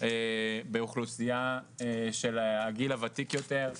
של אוכלוסיית הגיל הוותיק יותר.